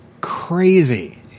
crazy